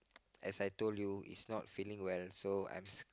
as I told you is not feeling well so I'm